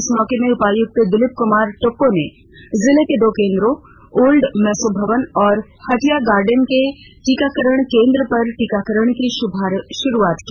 इस मौके पर उपायुक्त दिलीप कुमार टोप्पो ने जिले के दो केंद्रों ओल्ड मेसो भवन और हटिया गार्डेन के टीकाकरण केंद्रों पर टीकाकरण का शुभारंभ किया